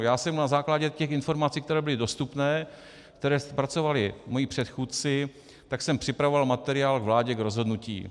Já jsem na základě informací, které byly dostupné a které zpracovali moji předchůdci, připravoval materiál vládě k rozhodnutí.